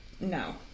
no